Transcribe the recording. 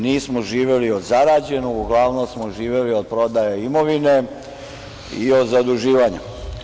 Nismo živeli od zarađenog, uglavnom smo živeli od prodaje imovine i od zaduživanja.